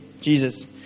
Jesus